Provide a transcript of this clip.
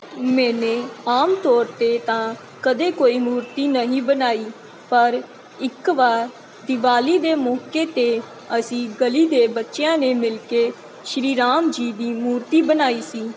ਮੈਨੇ ਆਮ ਤੌਰ 'ਤੇ ਤਾਂ ਕਦੇ ਕੋਈ ਮੂਰਤੀ ਨਹੀਂ ਬਣਾਈ ਪਰ ਇੱਕ ਵਾਰ ਦਿਵਾਲੀ ਦੇ ਮੌਕੇ 'ਤੇ ਅਸੀਂ ਗਲੀ ਦੇ ਬੱਚਿਆਂ ਨੇ ਮਿਲ ਕੇ ਸ਼੍ਰੀ ਰਾਮ ਜੀ ਦੀ ਮੂਰਤੀ ਬਣਾਈ ਸੀ